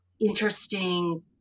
interesting